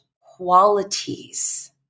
qualities